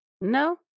No